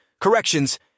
corrections